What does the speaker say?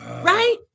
right